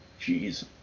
Jeez